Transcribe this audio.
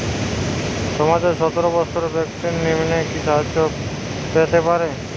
সমাজের সতেরো বৎসরের ব্যাক্তির নিম্নে কি সাহায্য পেতে পারে?